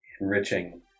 enriching